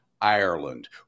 Ireland